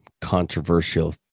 controversial